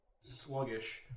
sluggish